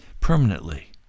permanently